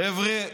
חבר'ה,